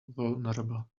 vulnerable